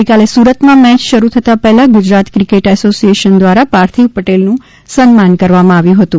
ગઇકાલે સુરતમાં મેચ શરૂ થતા પહેલા ગુજરાત ક્રિકેટ એસોસિએશન દ્વારા પાર્થિવ પટેલનું સન્માન કરવામાં આવ્ય હતું